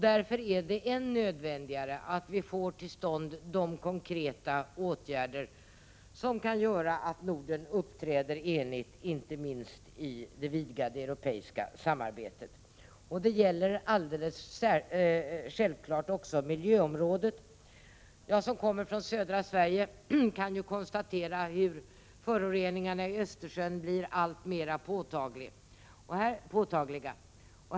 Därför är det än mer nödvändigt att vi får till stånd konkreta åtgärder som kan möjliggöra för Norden att uppträda enigt, inte minst i det vidgade europeiska samarbetet. Detta gäller naturligtvis även på miljöområdet. Jag som kommer från södra Sverige kan konstatera hur föroreningarna i Östersjön blir alltmer påtagliga.